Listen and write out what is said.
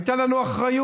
הייתה לנו אחריות.